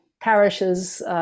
parishes